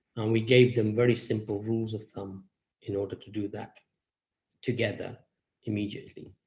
we gave them very simple rules of thumb in order to do that together immediately.